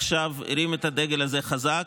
עכשיו הרים את הדגל הזה חזק,